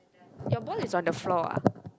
your ball is on the floor ah